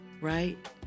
right